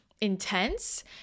intense